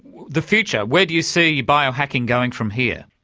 the future where do you see biohacking going from here?